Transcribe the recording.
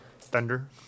Thunder